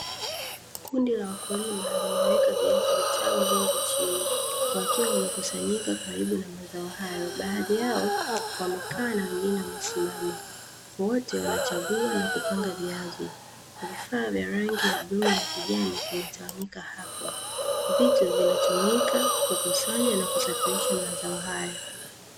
Kundi la wakulima, limeweka viazi vitamu vingi chini, wakiwa wamekusanyika karibu na mazao hayo; baadhi yao wamekaa na wengine wamesimama, wote wanachagua na kupanga viazi, vifaa vya rangi ya bluu na kijani vimetawanyika hapo. Vitu vinavyotumika kukusanya na kusafirisha mazao haya.